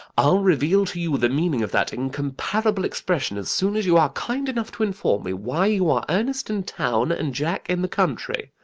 i'll reveal to you the meaning of that incomparable expression as soon as you are kind enough to inform me why you are ernest in town and jack in the country.